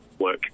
work